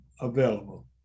available